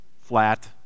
Flat